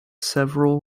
several